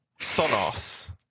Sonos